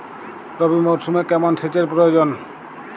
রবি মরশুমে কেমন সেচের প্রয়োজন?